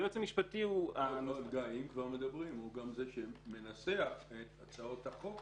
אם כבר מדברים, הוא גם זה שמנסח את הצעות החוק